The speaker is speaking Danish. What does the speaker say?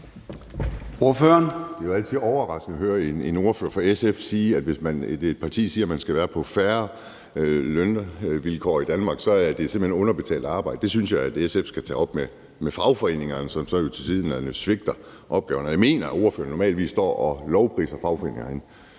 Det er jo altid overraskende at høre en ordfører fra SF sige, at hvis et parti siger, at man skal være på fair lønvilkår i Danmark, er det simpelt hen underbetalt arbejde. Det synes jeg at SF skal tage op med fagforeningerne, som så tilsyneladende svigter opgaverne. Jeg mener, at ordføreren normalvis står og lovpriser fagforeningerne